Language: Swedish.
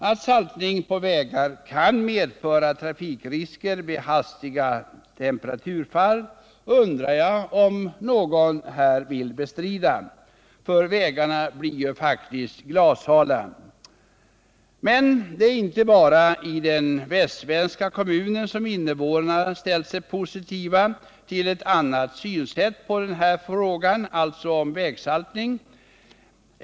Att saltning av vägar kan medföra trafikrisker vid hastiga temperaturfall undrar jag om någon vill bestrida. Vägarna blir ju faktiskt glashala. Men det är inte bara i den här västsvenska kommunen som invånarna ställt sig positiva till ett ändrat synsätt i denna fråga.